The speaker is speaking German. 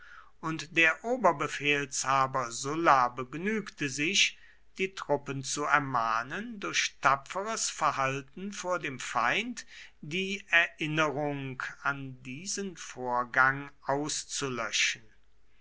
und der oberbefehlshaber sulla begnügte sich die truppen zu ermahnen durch tapferes verhalten vor dem feind die erinnerung an diesen vorgang auszulöschen